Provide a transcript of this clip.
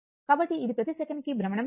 కాబట్టి ఇది ప్రతి సెకనుకు భ్రమణం ల సంఖ్య